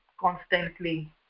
constantly